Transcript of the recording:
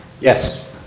Yes